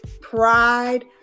pride